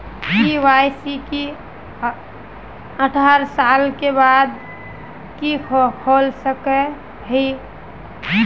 KYC की अठारह साल के बाद ही खोल सके हिये?